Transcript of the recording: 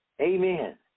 Amen